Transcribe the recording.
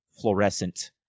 fluorescent